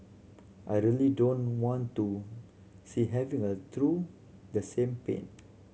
I really don't want to see having a through the same pain